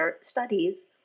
studies